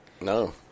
No